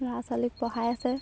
ল'ৰা ছোৱালীক পঢ়াই আছে